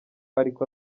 ariko